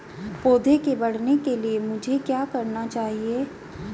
पौधे के बढ़ने के लिए मुझे क्या चाहिए?